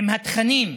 עם התכנים,